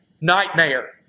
nightmare